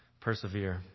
persevere